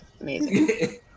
amazing